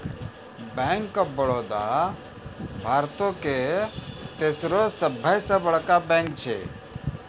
bank of Baroda भारतो के तेसरो सभ से बड़का बैंक छै